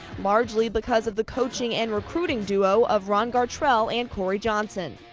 largely, because of the coaching and recruiting duo of ron gartrell and corey johnson.